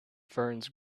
ferns